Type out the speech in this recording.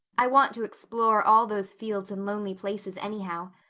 i want to explore all those fields and lonely places anyhow.